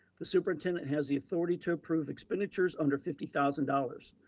the superintendent has the authority to approve expenditures under fifty thousand dollars.